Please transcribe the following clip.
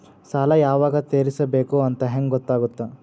ಸಾಲ ಯಾವಾಗ ತೇರಿಸಬೇಕು ಅಂತ ಹೆಂಗ್ ಗೊತ್ತಾಗುತ್ತಾ?